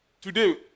Today